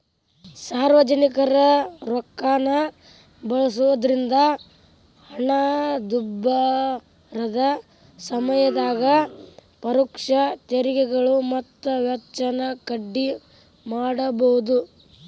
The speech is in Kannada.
ಸಾರ್ವಜನಿಕರ ರೊಕ್ಕಾನ ಬಳಸೋದ್ರಿಂದ ಹಣದುಬ್ಬರದ ಸಮಯದಾಗ ಪರೋಕ್ಷ ತೆರಿಗೆಗಳು ಮತ್ತ ವೆಚ್ಚನ ಕಡ್ಮಿ ಮಾಡಬೋದು